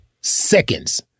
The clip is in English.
Seconds